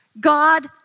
God